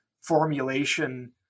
formulation